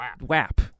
WAP